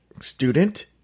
student